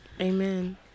Amen